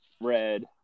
red